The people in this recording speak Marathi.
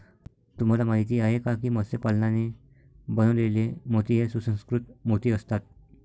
तुम्हाला माहिती आहे का की मत्स्य पालनाने बनवलेले मोती हे सुसंस्कृत मोती असतात